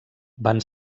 van